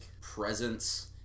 presence